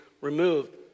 removed